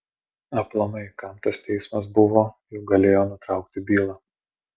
aplamai kam tas teismas buvo juk galėjo nutraukti bylą